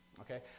Okay